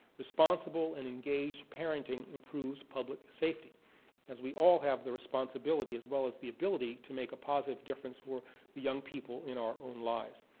responsible and engaged parenting improves public safety as we all have the responsibility as well as the ability to make a positive difference for the young people in our own lives.